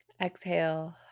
Exhale